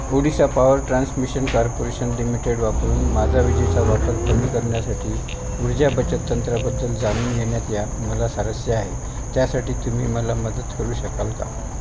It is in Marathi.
Odisha power transmission corporation limited वापरून माझा विजेचा वापर कमी करण्यासाठी ऊर्जा बचत तंत्राबद्दल जाणून घेण्यात या मला स्वारस्य आहे त्यासाठी तुम्ही मला मदत करू शकाल का